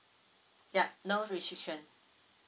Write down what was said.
yup no restriction